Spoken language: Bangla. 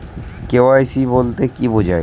কে.ওয়াই.সি বলতে কি বোঝায়?